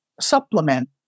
supplement